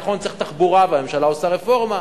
נכון, צריך תחבורה, והממשלה עושה רפורמה,